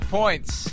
points